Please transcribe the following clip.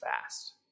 fast